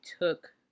took